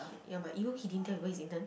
ya but you know he didn't tell his boss his intern